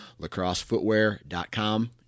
lacrossefootwear.com